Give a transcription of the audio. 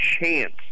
chance